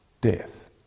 death